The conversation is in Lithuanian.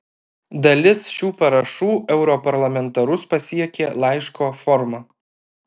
dalis šių parašų europarlamentarus pasiekė laiško forma